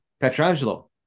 Petrangelo